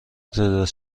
تعداد